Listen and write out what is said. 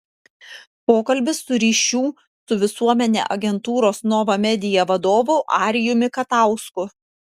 pokalbis su ryšių su visuomene agentūros nova media vadovu arijumi katausku